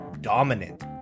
dominant